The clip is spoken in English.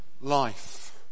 life